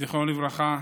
זיכרונו לברכה,